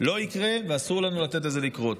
לא יקרה ואסור לנו לתת לזה לקרות.